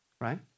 right